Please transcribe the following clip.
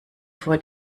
vor